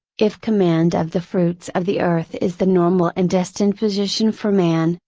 if command of the fruits of the earth is the normal and destined position for man,